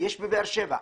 אלא בבאר שבע.